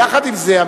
יחד עם זה,